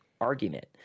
argument